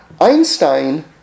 Einstein